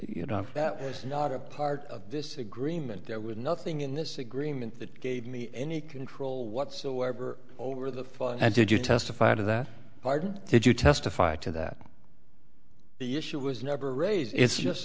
you know that was not a part of this agreement there was nothing in this agreement that gave me any control whatsoever over the phone and did you testify to that pardon did you testify to that the issue was never raised its just